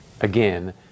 Again